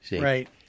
right